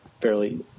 fairly